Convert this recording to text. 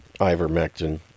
ivermectin